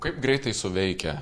kaip greitai suveikia